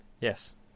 yes